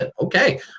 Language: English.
okay